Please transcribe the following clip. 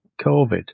COVID